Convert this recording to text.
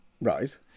Right